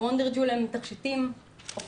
ה'וונדר ג'ול' הם תכשיטים אפנתיים,